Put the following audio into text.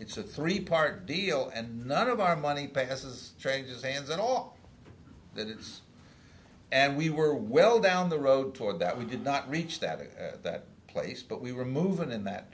it's a three part deal and not of our money passes strangers and then all that is and we were well down the road toward that we did not reach that in that place but we were moving in that